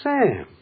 Sam